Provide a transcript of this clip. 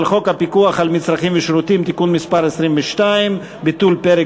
חוק הפיקוח על מצרכים ושירותים (תיקון מס' 22) (ביטול פרק